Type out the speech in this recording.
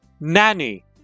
nanny